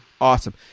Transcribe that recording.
Awesome